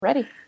ready